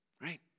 Right